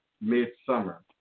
mid-summer